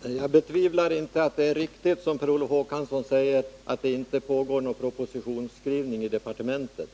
Fru talman! Jag betvivlar inte att det är riktigt som Per Olof Håkansson säger, att det inte pågår någon propositionsskrivning i departementet.